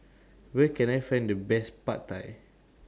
Where Can I Find The Best Pad Thai